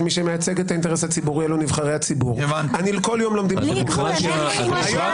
מי אתה רוצה ש --- מי מינה את ועדת שמגר?